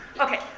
Okay